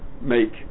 make